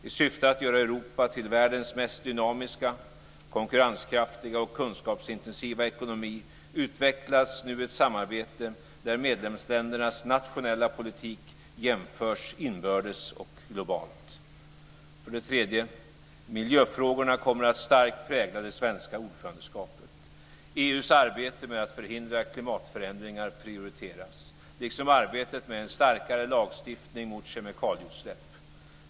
I syfte att göra Europa till världens mest dynamiska, konkurrenskraftiga och kunskapsintensiva ekonomi utvecklas nu ett samarbete där medlemsländernas nationella politik jämförs inbördes och globalt. För det tredje: Miljöfrågorna kommer att starkt prägla det svenska ordförandeskapet. EU:s arbete med att förhindra klimatförändringar prioriteras, liksom arbetet med en starkare lagstiftning mot kemikalieutsläpp.